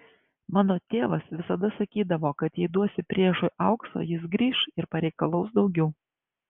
mano tėvas visada sakydavo kad jei duosi priešui aukso jis grįš ir pareikalaus daugiau